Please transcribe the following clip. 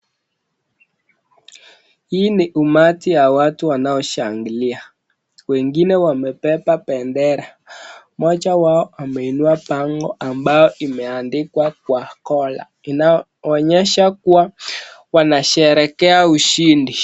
Hii ni umati ya watu wanaoshangilia. Wengine wameinua bender. Mmoja wao ameinua bango ambayo imeandikwa kwa gola inaonesha kuwa wanasherekea ushindi.